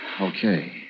Okay